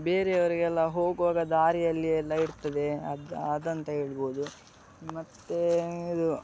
ಬೇರೆಯವರಿಗೆ ಎಲ್ಲ ಹೋಗುವಾಗ ದಾರಿಯಲ್ಲಿ ಎಲ್ಲ ಇರ್ತದೆ ಅದು ಅದಂತ ಹೇಳ್ಬೋದು ಮತ್ತೆ ಇದು